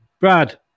Brad